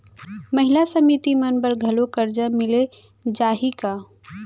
महिला समिति मन बर घलो करजा मिले जाही का?